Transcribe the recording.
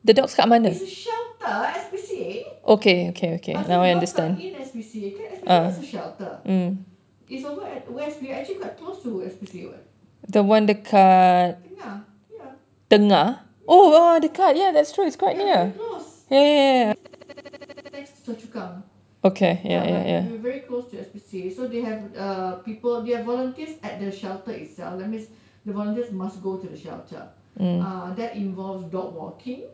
it's a shelter S_P_C_A the dogs are in S_P_C_A kan S_P_C_A kan is a shelter it's over at west we're actually quite close to S_P_C_A what tengah ya tengah ya we are very close it's it's just next to choa chu kang ya like we're very close to S_P_C_A so they have people they have volunteers at the shelter itself so that means the volunteers must go to the shelter uh that involves dog walking